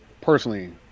personally